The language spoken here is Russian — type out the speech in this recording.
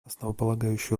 основополагающую